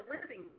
living